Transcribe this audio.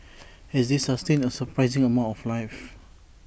is IT sustain A surprising amount of life